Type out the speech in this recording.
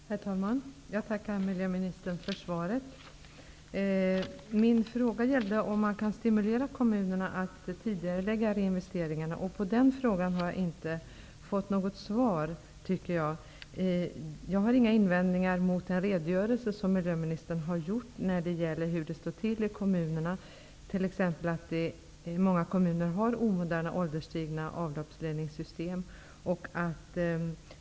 Herr talman! Jag tackar miljöministern för svaret. Min fråga gällde om man kan stimulera kommunerna att tidigarelägga investeringarna. På den frågan har jag inte fått något svar, tycker jag. Jag har inga invändningar mot den redogörelse som miljöministern har gjort när det gäller hur det står till i kommunerna, t.ex. att många kommuner har omoderna, ålderstigna avloppsledningssystem.